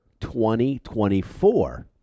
2024